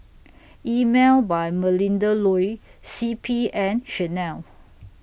Emel By Melinda Looi C P and Chanel